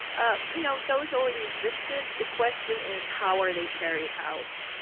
ah you know, those already existed. the question is, how are they carried out?